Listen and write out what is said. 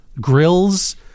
grills